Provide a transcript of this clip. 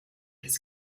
his